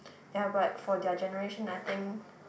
ya but for their generation I think